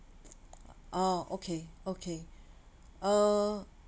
oh okay okay uh